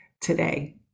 today